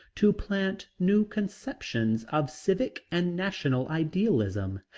to plant new conceptions of civic and national idealism?